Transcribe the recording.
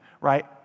right